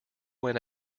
went